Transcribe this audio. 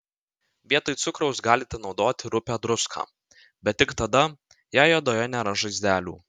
vietoj cukraus galite naudoti rupią druską bet tik tada jei odoje nėra žaizdelių